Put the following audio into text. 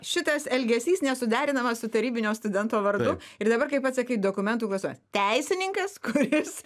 šitas elgesys nesuderinamas su tarybinio studento vardu ir dabar kaip pats sakai dokumentų klastojimas teisininkas kuris